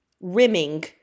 rimming